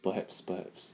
perhaps perhaps